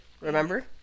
remember